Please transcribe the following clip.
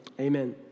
Amen